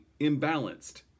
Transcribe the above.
imbalanced